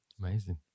Amazing